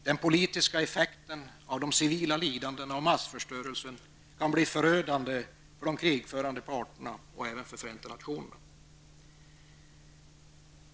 Den politiska effekten av de civila lidandena och massförstörelsen kan bli förödande för de krigförande parterna och även för Förenta nationerna.